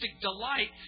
delight